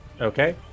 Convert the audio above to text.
Okay